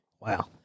Wow